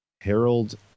Harold